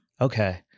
Okay